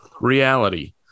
reality